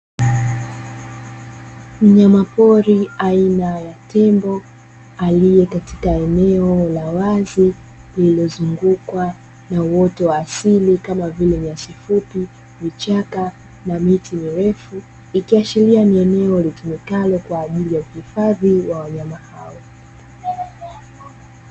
Mnyamapori aina ya tembo, aliye katika eneo la wazi, lililozungukwa na uoto wa asili, kama vile; nyasi fupi, vichaka na miti mirefu. Ikiashiria ni eneo litumikalo kwa ajili ya kuhifadhi wanyama hao.